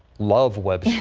love web